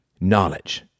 Knowledge